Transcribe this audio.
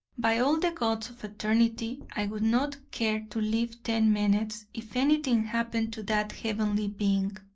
by all the gods of eternity, i would not care to live ten minutes if anything happened to that heavenly being,